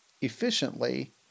efficiently